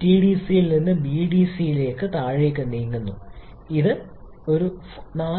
ടിഡിസിയിൽ നിന്ന് ബിഡിസിയിലേക്ക് താഴേക്ക് നീങ്ങുന്നു ഇവിടെ നിർമ്മിക്കുന്നു